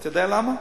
אתה יודע למה?